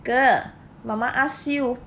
girl 妈妈 ask you